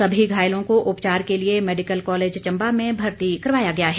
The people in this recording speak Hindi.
सभी घायलों को उपचार के लिए मेडिकल कालेज चंबा में भर्ती करवाया गया है